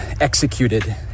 executed